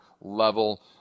level